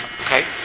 okay